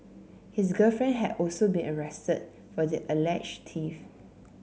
his girlfriend had also been arrested for the alleged thief